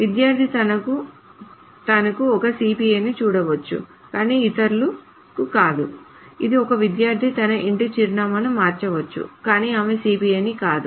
విద్యార్థి తనను తాను ఒక సిపిఐని చూడవచ్చు కానీ ఇతరులకు కాదు కానీ ఒక విద్యార్థి తన ఇంటి చిరునామాను మార్చవచ్చు కానీ ఆమె సిపిఐ కాదు